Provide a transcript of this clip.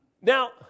Now